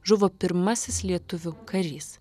žuvo pirmasis lietuvių karys